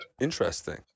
Interesting